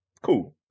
cool